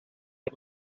the